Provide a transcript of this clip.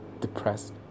depressed